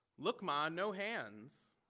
look ma no hands,